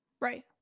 Right